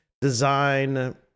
design